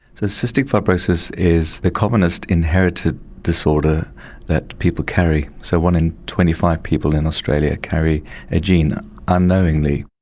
so, cystic fibrosis is the commonest inherited disorder that people carry, so one in twenty five people in australia carry a gene unknowingly.